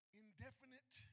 indefinite